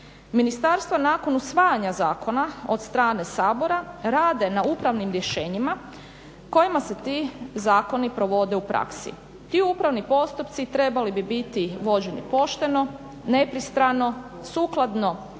Ministarstva nakon usvajanja zakona od strane Sabora rade na upravnim rješenjima kojima se ti zakoni provode u praksi. Ti upravni postupci trebali bi biti vođeni pošteno, nepristrano, sukladno